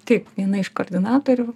taip viena iš koordinatorių